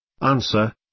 Answer